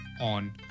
on